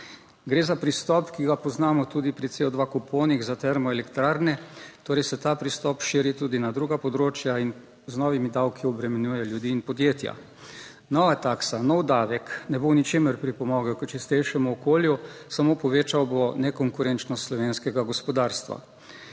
gre za pristop, ki ga poznamo tudi pri CO dva kuponih za termoelektrarne, torej se ta pristop širi tudi na druga področja in z novimi davki obremenjuje ljudi in podjetja. Nova taksa, nov davek ne bo v ničemer pripomogel k čistejšemu okolju, samo povečal bo nekonkurenčnost slovenskega gospodarstva.